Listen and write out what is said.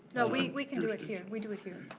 no, we we can do it here. we do it here.